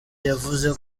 yavuze